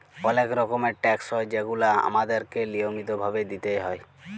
অলেক রকমের ট্যাকস হ্যয় যেগুলা আমাদেরকে লিয়মিত ভাবে দিতেই হ্যয়